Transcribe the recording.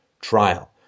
trial